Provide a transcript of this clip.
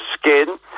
skin